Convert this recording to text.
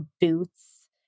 boots